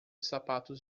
sapatos